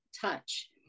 touch